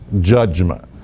judgment